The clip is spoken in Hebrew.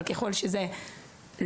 אבל ככל שזה לא